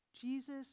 Jesus